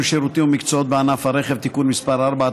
שירותים ומקצועות בענף הרכב (תיקון מס' 4),